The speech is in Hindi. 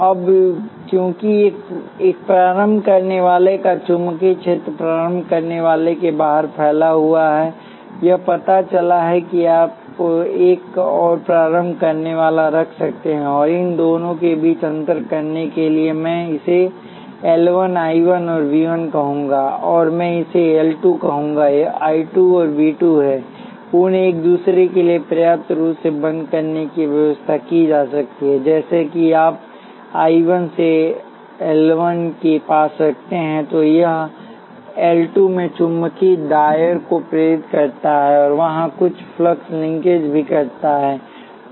अब क्योंकि एक प्रारंभ करनेवाला का चुंबकीय क्षेत्र प्रारंभ करनेवाला के बाहर फैला हुआ है यह पता चला है कि आप एक और प्रारंभ करनेवाला रख सकते हैं और इन दोनों के बीच अंतर करने के लिए मैं इसे L 1 I 1 और V 1 कहूंगा और मैं इसे L 2 कहूंगा I 2 और V 2 उन्हें एक दूसरे के लिए पर्याप्त रूप से बंद करने की व्यवस्था की जा सकती है जैसे कि जब आप I 1 से L 1 को पास करते हैं तो यह L 2 में चुंबकीय दायर को प्रेरित करता है और वहां कुछ फ्लक्स लिंकेज भी करता है